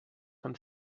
fan